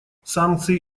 санкции